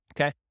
Okay